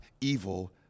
evil